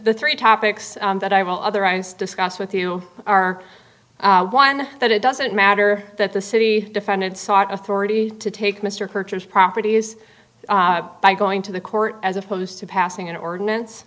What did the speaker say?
three topics that i will otherwise discuss with you are that it doesn't matter that the city defended sought authority to take mr purchase properties by going to the court as opposed to passing an ordinance